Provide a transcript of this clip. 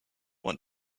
want